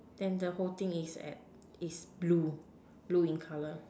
then the whole thing is at is blue blue in colour